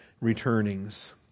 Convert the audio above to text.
returnings